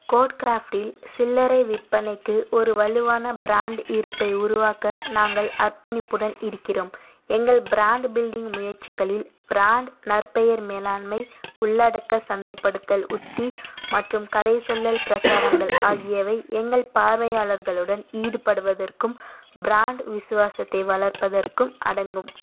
கோட்க்ராஃப்ட்டில் சில்லறை விற்பனைக்கு ஒரு வலுவான பிராண்ட் இருப்பை உருவாக்க நாங்கள் அர்ப்பணிப்புடன் இருக்கிறோம் எங்கள் பிராண்ட் பில்டிங் முயற்சிகளில் பிராண்ட் நற்பெயர் மேலாண்மை உள்ளடக்க சந்தைப்படுத்தல் உத்தி மற்றும் கதைசொல்லல் பிரச்சாரங்கள் ஆகியவை எங்கள் பார்வையாளர்களுடன் ஈடுபடுவதற்கும் பிராண்ட் விசுவாசத்தை வளர்ப்பதற்கும் அடங்கும்